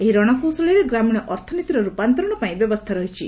ଏହି ରଣକୌଶଳରେ ଗ୍ରାମୀଣ ଅର୍ଥନୀତିର ରୂପାନ୍ତରଣ ପାଇଁ ବ୍ୟବସ୍ଥା ରହିଛି